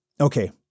okay